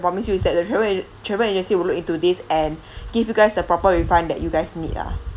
promise you is that the travel ag~ travel agency will look into this and give you guys the proper refund that you guys need lah